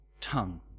tongue